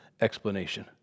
explanation